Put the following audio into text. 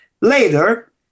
Later